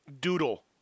doodle